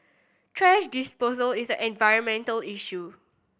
thrash disposal is an environmental issue